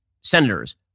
senators